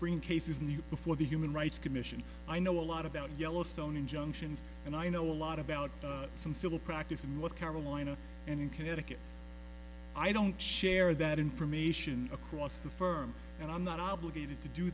bringing cases knew before the human rights commission i know a lot about yellowstone injunctions and i know a lot about some civil practice and what carolina and in connecticut i don't share that information across the firm and i'm not obligated to do